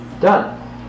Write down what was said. done